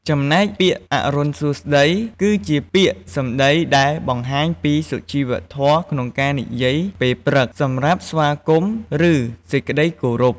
ចំណែកពាក្យ"អរុណសួស្តី"គឺជាពាក្យសម្ដីដែលបង្ហាញពី សុជីវធម៌ក្នងការនិយាយពេលព្រឹក សម្រាប់ស្វាគមន៍ ឬសេចក្តីគោរព។